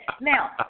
now